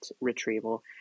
retrieval